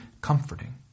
comforting